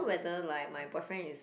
whether like my boyfriend is